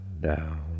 down